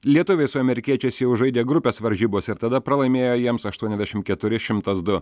lietuviai su amerikiečiais jau žaidė grupės varžybose ir tada pralaimėjo jiems aštuoniasdešim keturi šimtas du